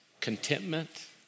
contentment